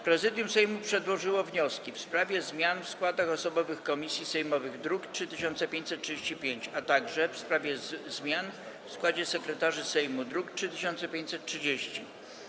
Prezydium Sejmu przedłożyło wnioski: - w sprawie zmian w składach osobowych komisji sejmowych, druk nr 3535, - w sprawie zmian w składzie sekretarzy Sejmu, druk nr 3530.